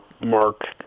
Mark